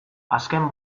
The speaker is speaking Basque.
azken